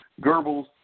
Goebbels